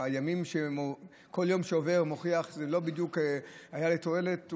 כל יום שעובר מוכיח שזה לא בדיוק היה לתועלת,